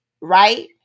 right